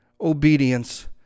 obedience